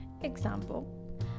Example